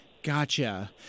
Gotcha